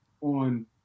on